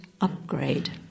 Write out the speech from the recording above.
upgrade